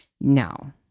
No